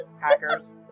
Hackers